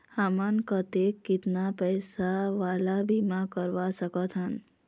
हमन कतेक कितना पैसा वाला बीमा करवा सकथन?